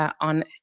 on